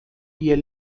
ihr